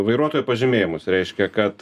vairuotojo pažymėjimus reiškia kad